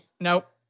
Nope